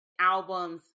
albums